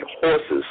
horses